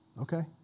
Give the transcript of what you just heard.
Okay